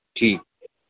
ठीक